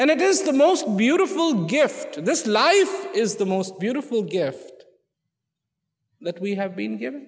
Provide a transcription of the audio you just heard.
and it is the most beautiful gift in this life is the most beautiful gift that we have been given